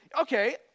okay